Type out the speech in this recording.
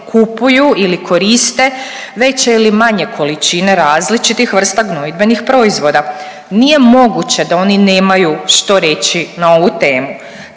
ili koriste veće ili manje količine različitih vrsta gnojidbenih proizvoda. Nije moguće da oni nemaju što reći na ovu temu.